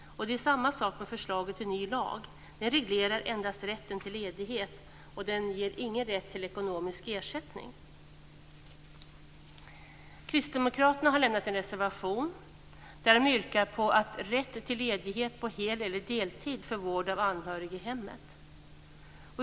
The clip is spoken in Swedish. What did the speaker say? Det är samma sak med förslaget till ny lag. Den reglerar endast rätten till ledighet. Den ger ingen rätt till ekonomisk ersättning. Kristdemokraterna har avlämnat en reservation där de yrkar på rätt till ledighet på hel eller deltid för vård av anhörig i hemmet.